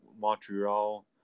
Montreal